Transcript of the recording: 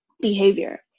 behavior